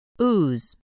Ooze